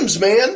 man